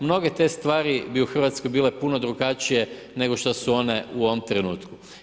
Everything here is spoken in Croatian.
Mnoge te stvari bi u Hrvatskoj bile puno drugačije, nego što su one u ovom trenutku.